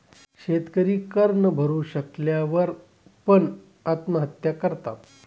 शेतकरी कर न भरू शकल्या वर पण, आत्महत्या करतात